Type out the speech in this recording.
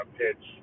pitch